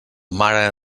mare